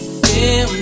feel